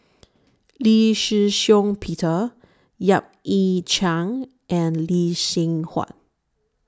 Lee Shih Shiong Peter Yap Ee Chian and Lee Seng Huat